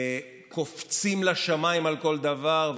קופצים לשמיים על כל דבר,